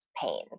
pain